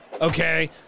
Okay